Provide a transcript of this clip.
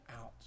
out